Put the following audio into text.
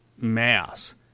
mass